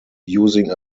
using